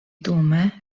dume